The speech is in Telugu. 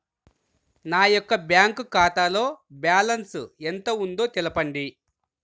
నా యొక్క బ్యాంక్ ఖాతాలో బ్యాలెన్స్ ఎంత ఉందో తెలపండి?